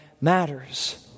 matters